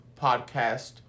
podcast